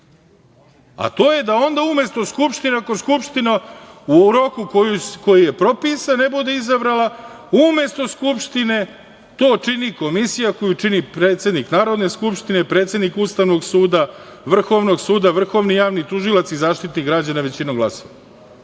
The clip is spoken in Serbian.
To je da onda da umesto Skupštine, ako u Skupština u roku koji je propisan ne bude izabrala, umesto Skupštine to čini komisija koju čini predsednik Narodne skupštine, predsednik Ustavnog suda, Vrhovnog suda, vrhovni javni tužilac i Zaštitnik građana većinom glasova.